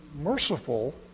merciful